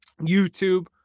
YouTube